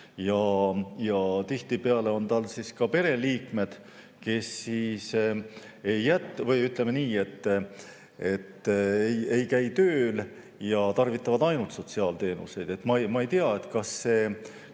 Ja tihtipeale on tal ka pereliikmed, kes siis, ütleme nii, ei käi tööl ja tarvitavad ainult sotsiaalteenuseid. Ma ei tea, kas see